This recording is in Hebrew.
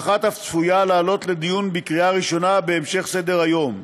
ואחת אף צפויה לעלות לדיון בקריאה ראשונה בהמשך סדר-היום.